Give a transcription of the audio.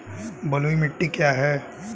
बलुई मिट्टी क्या है?